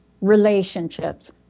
relationships